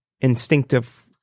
instinctive